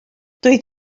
doedd